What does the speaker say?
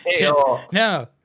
No